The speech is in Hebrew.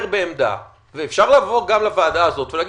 בעמדה ואפשר לבוא גם לוועדה הזאת ולהגיד,